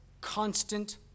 constant